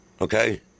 Okay